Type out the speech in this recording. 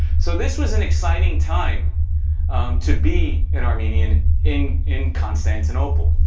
so, this was an exciting time to be an armenian in in constantinople.